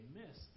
miss